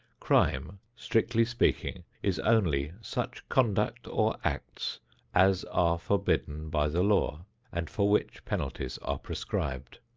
crime, strictly speaking, is only such conduct or acts as are forbidden by the law and for which penalties are prescribed.